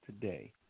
today